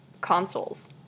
consoles